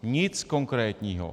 Nic konkrétního.